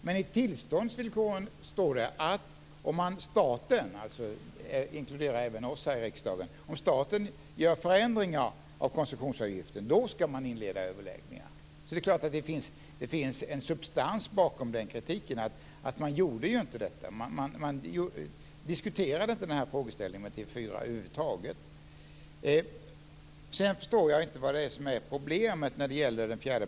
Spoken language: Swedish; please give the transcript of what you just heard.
Men i tillståndsvillkoren står det att om staten - det inkluderar även oss här i riksdagen - gör förändringar av koncessionsavgiften ska man inleda överläggningar, så det finns substans bakom kritiken att man inte gjorde detta. Man diskuterade inte den frågeställningen med TV 4 över huvud taget. Sedan förstår jag inte vad som är problemet när det gäller 4 §.